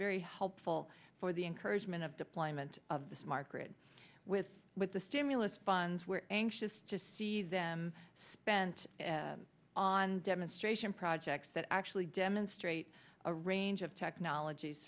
very help all for the encouragement of deployment of the smart grid with with the stimulus funds where anxious to see them spent on demonstration projects that actually demonstrate a range of technologies